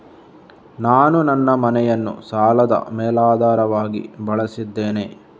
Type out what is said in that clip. ನಾನು ನನ್ನ ಮನೆಯನ್ನು ಸಾಲದ ಮೇಲಾಧಾರವಾಗಿ ಬಳಸಿದ್ದೇನೆ